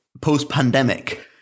post-pandemic